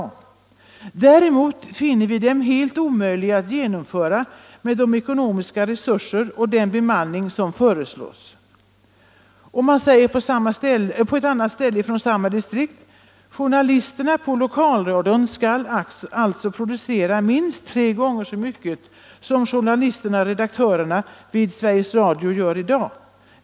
Däremot finner vi dem helt omöjliga att genomföra med de ekonomiska resurser och den bemanning som föreslås.” Man säger också från samma distrikt: ”Journalisterna på lokalradion skall alltså producera minst tre gånger så mycket som journalisterna/redaktörerna vid SR gör idag.